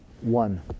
One